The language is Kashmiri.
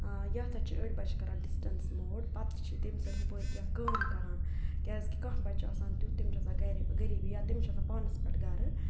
یَتھا چھِ أڑۍ بَچہِ کَران ڈِسٹَنٕس موڈ پَتہٕ چھِ تٔمِس سۭتۍ ہپٲرۍ کیٚنٛہہ کٲم کَران کیٛازِکہِ کانٛہہ بَچہِ چھُ آسان تیُتھ تٔمِس چھِ آسان گَرِ غریٖبی یا تٔمِس چھِ آسان پانَس پٮ۪ٹھ گَرٕ